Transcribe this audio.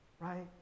right